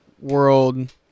World